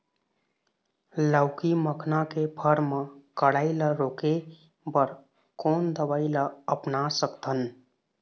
लाउकी मखना के फर मा कढ़ाई ला रोके बर कोन दवई ला अपना सकथन?